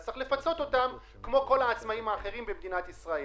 צריך לפצות אותם כמו כל העצמאיים האחרים במדינת ישראל.